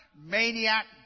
maniac